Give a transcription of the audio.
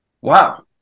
wow